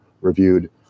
reviewed